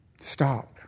Stop